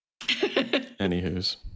Anywho's